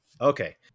Okay